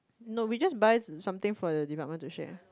no we just buy something for the department to share